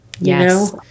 Yes